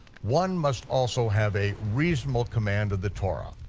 one must also have a reasonable command of the torah,